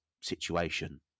situation